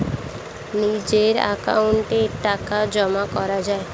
নিজের অ্যাকাউন্টে টাকা জমা করা যায়